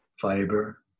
fiber